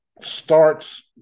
starts